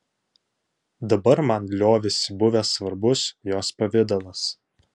dabar man liovėsi buvęs svarbus jos pavidalas